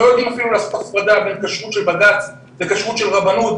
לא יודעים אפילו לעשות הפרדה בין כשרות של בד"צ לכשרות של רבנות,